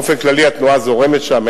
באופן כללי התנועה זורמת שם,